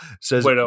Says